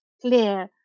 clear